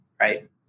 right